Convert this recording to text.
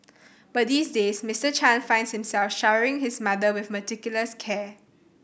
but these days Mister Chan finds himself showering his mother with meticulous care